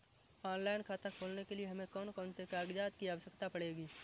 Online खाता खोलने के लिए हमें कौन कौन से कागजात की आवश्यकता पड़ेगी?